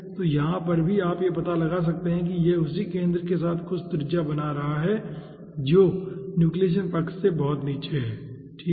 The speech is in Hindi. तो यहाँ पर भी आप यह पता लगा सकते हैं कि यह उसी केंद्र के साथ कुछ त्रिज्या बना रहा है जो न्यूक्लियेशन पक्ष से बहुत नीचे है ठीक है